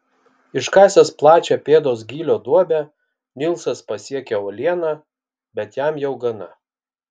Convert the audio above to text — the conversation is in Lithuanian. iškasęs plačią pėdos gylio duobę nilsas pasiekia uolieną bet jam jau gana